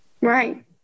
Right